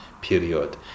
period